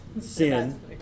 Sin